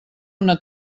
una